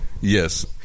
Yes